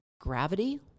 gravity